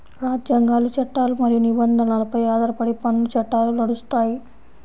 రాజ్యాంగాలు, చట్టాలు మరియు నిబంధనలపై ఆధారపడి పన్ను చట్టాలు నడుస్తాయి